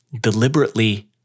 deliberately